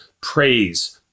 Praise